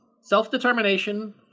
Self-determination